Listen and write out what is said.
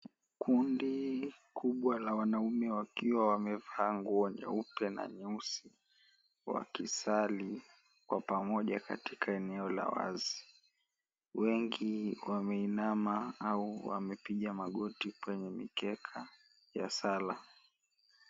Kundi kubwa la wanaume wakiwa wamevaa nguo nyeupe na nyeusi wakisali kwa pamoja katika eneo la wazi. Wengi wameinama au wamepiga magoti kwenye mikeka ya sala.